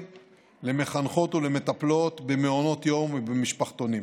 למחנכות ולמטפלות במעונות יום ומשפחתונים.